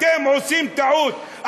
אתם עושים טעות.